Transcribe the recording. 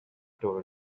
told